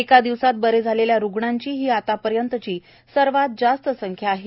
एका दिवसात बरे झालेल्या रुग्णांची ही आतापर्यंतची सर्वात जास्त संख्या आहे